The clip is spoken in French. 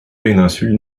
péninsule